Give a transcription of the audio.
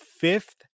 fifth